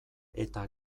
eta